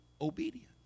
obedience